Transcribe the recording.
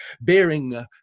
bearing